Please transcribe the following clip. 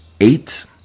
eight